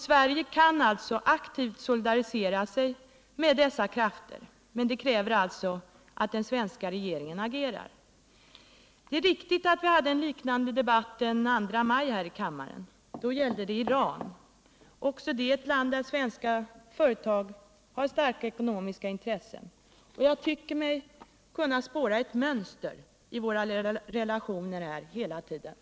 Sverige kan aktivt solidarisera sig med dessa krafter, men det kräver att den svenska regeringen agerar. Det är riktigt att vi hade en liknande debatt den 2 maj här i riksdagen. Då gällde det Iran, också det ett land där svenska företag har starka ekonomiska intressen. Jag tycker mig hela tiden kunna spåra ett mönster i våra relationer till de här länderna.